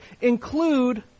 include